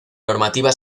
normativa